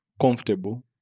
comfortable